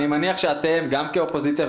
אני מניח שאתם גם כאופוזיציה,